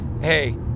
hey